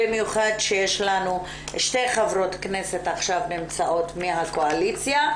במיוחד כשיש לנו שתי חברות כנסת עכשיו שנמצאות מהקואליציה,